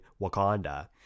Wakanda